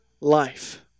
life